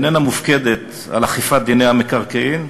איננה מופקדת על אכיפת דיני המקרקעין.